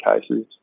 cases